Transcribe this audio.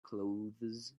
clothes